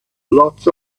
lots